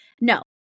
no